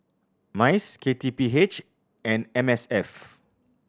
MICE K T P H and M S F